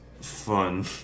fun